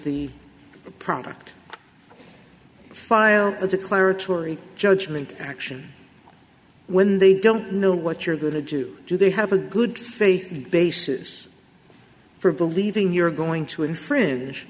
the product file a declaratory judgment action when they don't know what you're going to do do they have a good faith basis for believing you're going to infringe